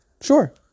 Sure